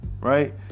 right